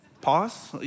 Pause